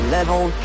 Level